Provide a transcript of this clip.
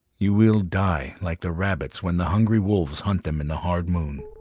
you will die like the rabbits when the hungry wolves hunt them in the hard moon.